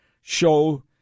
Show